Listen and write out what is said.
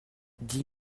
dix